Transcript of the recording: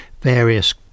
various